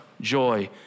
joy